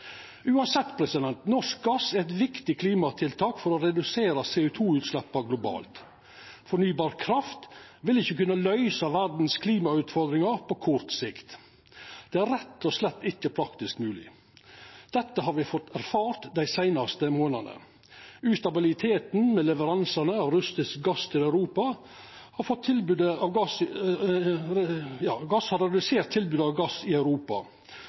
Uansett er norsk gass eit viktig klimatiltak for å redusera CO 2 -utsleppa globalt. Fornybar kraft vil ikkje kunna løysa klimautfordringane i verda på kort sikt, det er rett og slett ikkje praktisk mogleg. Dette har me erfart dei seinaste månadane. Ustabiliteten med leveransane av russisk gass har redusert tilbodet av gass i Europa. Dette har fått store konsekvensar i Europa,